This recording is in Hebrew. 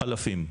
אלפים.